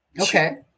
okay